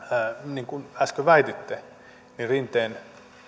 niin kuin äsken väititte rinteen